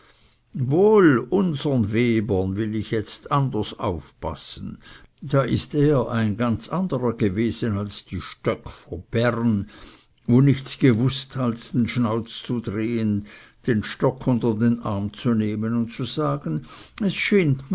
wohl unsern webern will ich jetzt anders aufpassen da ist er ein ganz anderer gewesen als die stöck von bern wo nichts gewußt als den schnauz zu drehen den stock unter den arm zu nehmen und zu sagen es